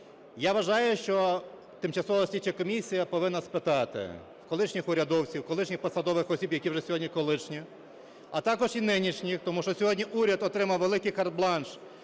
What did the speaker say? Я вважаю, що тимчасова слідча комісія повинна спитати в колишніх урядовців, в колишніх посадових осіб, які вже сьогодні колишні, а також і нинішніх, тому що сьогодні уряд отримав великий карт-бланш